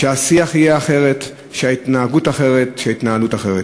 שהשיח יהיה אחר, ההתנהגות אחרת, ההתנהלות אחרת.